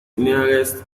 nearest